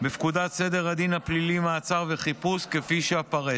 בפקודת סדר הדין הפלילי (מעצר וחיפוש), כפי שאפרט.